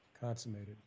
consummated